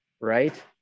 Right